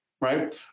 right